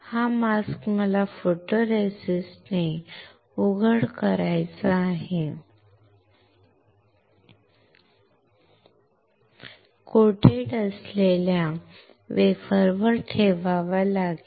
हा मास्क मला फोटोरेसिस्टने कोटेड असलेल्या वेफरवर ठेवावा लागला